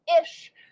ish